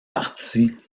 partie